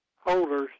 holders